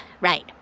right